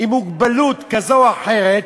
או במוגבלות כזו או אחרת,